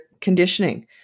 conditioning